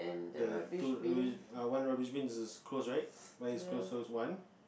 the two rubbish err one rubbish bin is close right it's closed so it's one